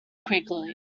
quickly